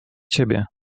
ciebie